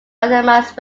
randomized